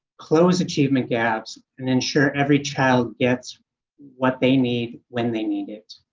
close achievement gaps and ensure every child gets what they need when they need it.